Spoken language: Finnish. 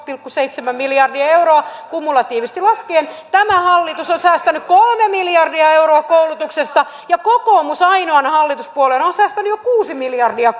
pilkku seitsemän miljardia euroa kumulatiivisesti laskien tämä hallitus on säästänyt kolme miljardia euroa koulutuksesta ja kokoomus ainoana hallituspuolueena on säästänyt koulutuksesta jo kuusi miljardia